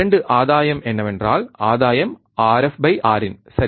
2 ஆதாயம் என்னவென்றால் ஆதாயம் Rf by Rin சரி